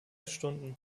stunden